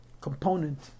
component